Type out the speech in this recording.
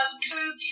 two